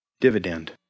dividend